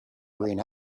green